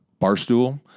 Barstool